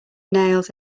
nails